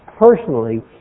personally